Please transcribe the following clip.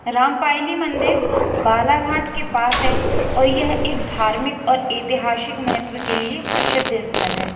रामपायली मंदिर बालाघाट के पास है और यह एक धार्मिक और ऐतिहासिक महत्व के लिए प्रसिद्ध स्थल है